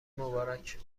مبارک